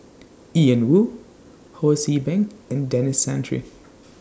Ian Woo Ho See Beng and Denis Santry